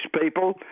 people